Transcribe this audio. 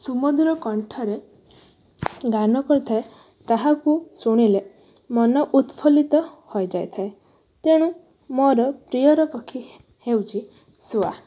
ସୁମଧୁର କଣ୍ଠରେ ଗାନ କରିଥାଏ ତାହାକୁ ଶୁଣିଲେ ମନ ଉତ୍ଫୁଲ୍ଲିତ ହୋଇଯାଇଥାଏ ତେଣୁ ମୋର ପ୍ରିୟର ପକ୍ଷୀ ହେଉଛି ଶୁଆ